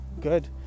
good